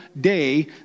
day